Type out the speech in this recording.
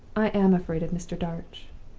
i am afraid of mr. darch